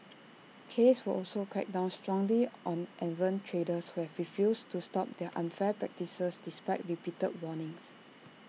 case will also crack down strongly on errant traders who have refused to stop their unfair practices despite repeated warnings